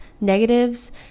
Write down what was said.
negatives